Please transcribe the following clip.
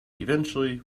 eventually